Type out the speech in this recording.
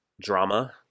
drama